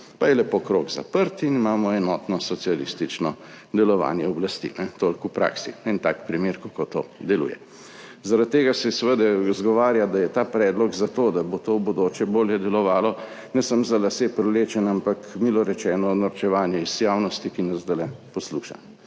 Pa je lepo krog zaprt in imamo enotno socialistično delovanje oblasti. Toliko v praksi. En tak primer, kako to deluje. Zaradi tega se je seveda izgovarjati, da je ta predlog zato, da bo to v bodoče bolje delovalo, ne samo za lase privlečeno, ampak milo rečeno norčevanje iz javnosti, ki nas zdajle posluša.